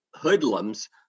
hoodlums